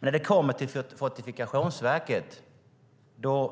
När det kommer till Fortifikationsverket